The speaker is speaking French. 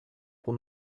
pour